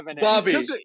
Bobby